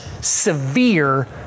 severe